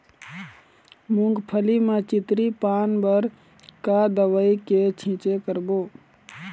मूंगफली म चितरी पान बर का दवई के छींचे करबो?